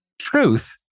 Truth